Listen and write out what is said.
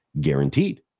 guaranteed